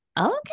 okay